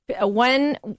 one